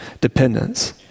dependence